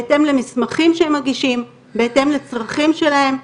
בהתאם למסמכים שהם מגישים, בהתאם לצרכים שלהם.